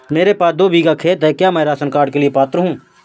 मेरे पास दो बीघा खेत है क्या मैं राशन पाने के लिए पात्र हूँ?